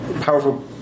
powerful